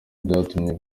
byatumye